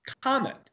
comment